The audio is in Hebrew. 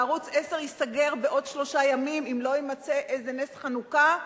וערוץ-10 ייסגר בעוד שלושה ימים אם לא יימצא איזה נס חנוכה,